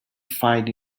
find